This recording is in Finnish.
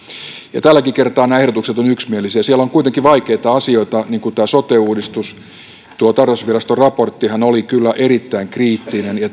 tälläkin kertaa nämä ehdotukset ovat yksimielisiä siellä on kuitenkin vaikeita asioita niin kuin sote uudistus tarkastusviraston raporttihan oli kyllä erittäin kriittinen ja